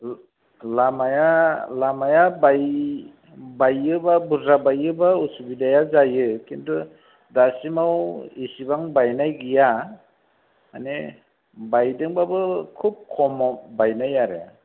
लामाया लामाया बाय बायोबा बुरजा बायोबा उसुबिदाया जायो खिन्थु दासिमाव इसेबां बायनाय गैया माने बायदोंबाबो खुब खमाव बायनाय आरो